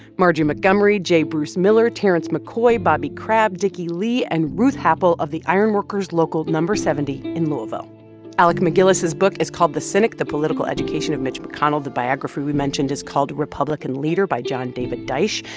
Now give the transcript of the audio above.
margie montgomery, jay bruce miller, terrence mccoy, bobby crabbe, dickie lee and ruth happel of the ironworkers local number seventy in louisville alec macgillis's book is called the cynic the political education of mitch mcconnell. the biography we mentioned is called republican leader by john david dyche.